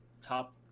top